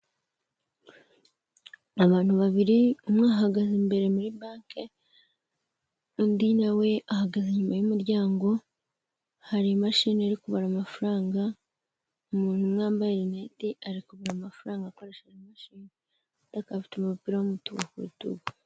Abantu babiri umwe ahahagaze imbere muri banki, undi nawe ahagaze inyuma y'umuryango, hari imashini iri kubara amafaranga, umuntu umwe wambaye rinete ari kubara amafaranga akoresheje imashini, undi akaba afite umupira kurutugu.